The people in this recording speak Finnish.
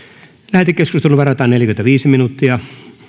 lähetekeskusteluun varataan neljäkymmentäviisi minuuttia